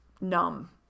numb